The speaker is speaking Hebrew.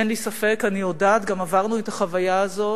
אין לי ספק, אני יודעת, גם עברנו את החוויה הזאת,